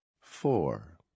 Four